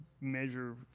measure